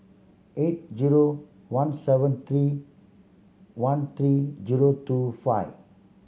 eight zero one seven three one three zero two five